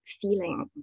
feeling